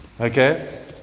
okay